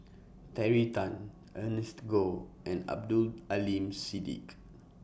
Terry Tan Ernest Goh and Abdul Aleem Siddique